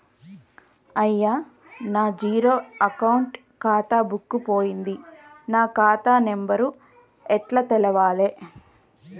అయ్యా నా zero account ఖాతా బుక్కు పోయింది నా ఖాతా నెంబరు ఎట్ల తెలవాలే?